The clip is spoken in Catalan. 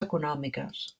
econòmiques